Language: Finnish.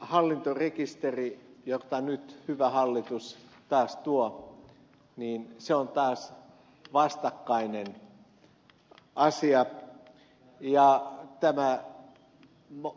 hallintorekisteri jonka nyt hyvä hallitus taas tuo on taas vastakkainen asia ja